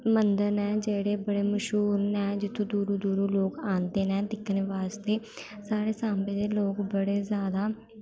मंदर न जेह्ड़े बड़े मश्हूर न जित्थै दूरों दूरों लोग आंदे न दिक्खने बास्तै साढ़े सांबे दे लोग बड़े जैदा